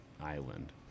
island